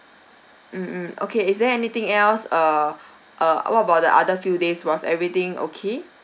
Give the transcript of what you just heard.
mm mm okay is there anything else uh uh what about the other few days was everything okay